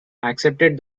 accepted